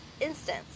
instance